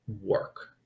work